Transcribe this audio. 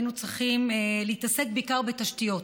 היינו צריכים להתעסק בעיקר בתשתיות,